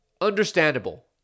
Understandable